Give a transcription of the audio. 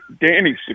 Danny's